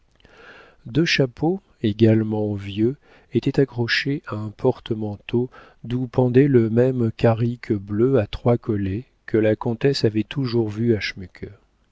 deux chapeaux également vieux étaient accrochés à un porte-manteau d'où pendait le même carrick bleu à trois collets que la comtesse avait toujours vu à